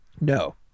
No